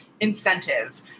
incentive